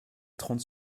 trente